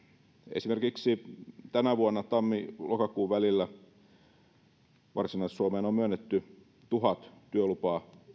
esimerkiksi tänä vuonna tammi lokakuussa varsinais suomeen on myönnetty tuhat työlupaa